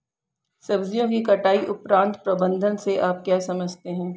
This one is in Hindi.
सब्जियों की कटाई उपरांत प्रबंधन से आप क्या समझते हैं?